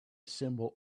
symbol